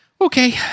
okay